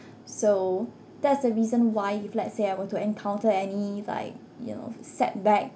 so that's the reason why if let's say I were to encounter any like you know setback